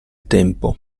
tempo